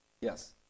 Yes